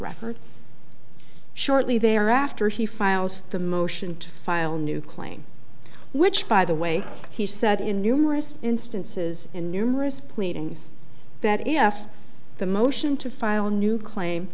record shortly thereafter he files the motion to file a new claim which by the way he said in numerous instances in numerous pleadings that if the motion to file a new claim